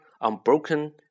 unbroken